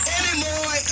anymore